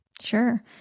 Sure